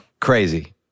Crazy